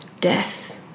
death